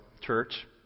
church